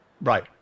right